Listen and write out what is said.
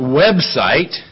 website